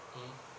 mm